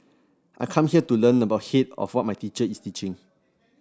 I come here to learn about hit of what my teacher is teaching